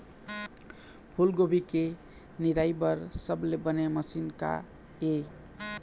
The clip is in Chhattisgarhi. गोभी के निराई बर सबले बने मशीन का ये?